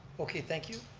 okay, thank you.